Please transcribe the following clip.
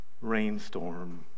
rainstorm